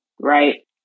right